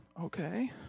okay